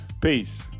Peace